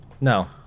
No